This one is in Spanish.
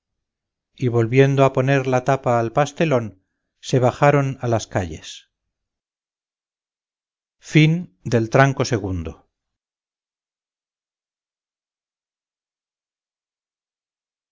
y volviendo a poner la tapa al pastelón se bajaron a las calles tranco